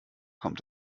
kommt